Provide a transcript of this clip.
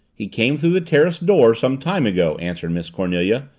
he came through the terrace door some time ago, answered miss cornelia.